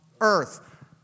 earth